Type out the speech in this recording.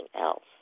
else